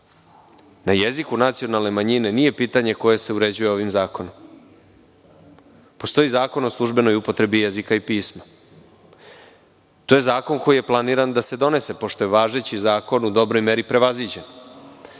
na jeziku nacionalne manjine nije pitanje koje se uređuje ovim zakonom. Postoji Zakon o službenoj upotrebi jezika i pisma. To je zakon koji je planiran da se donese, pošto je važeći zakon u dobroj meri prevaziđen.